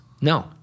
No